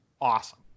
awesome